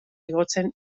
igotzen